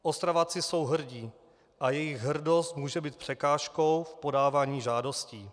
Ostraváci jsou hrdí a jejich hrdost může být překážkou v podávání žádostí.